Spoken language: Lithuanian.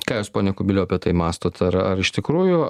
ką jūs pone kubiliau apie tai mąstot ar ar iš tikrųjų